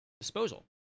disposal